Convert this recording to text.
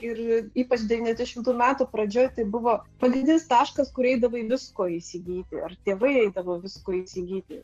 ir ypač devyniasdešimtų metų pradžioj tai buvo pagrindinis taškas kur eidavai visko įsigyti ar tėvai eidavo visko įsigyti